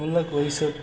बोलक ओहिसँ